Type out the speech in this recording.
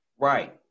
Right